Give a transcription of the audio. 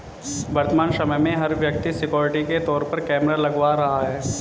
वर्तमान समय में, हर व्यक्ति सिक्योरिटी के तौर पर कैमरा लगवा रहा है